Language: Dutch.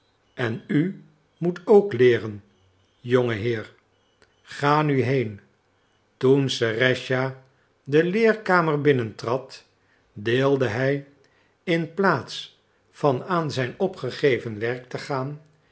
en u moet ook leeren jonge heer ga nu heen toen serëscha de leerkamer binnentrad deelde hij in plaats van aan zijn opgegeven werk te gaan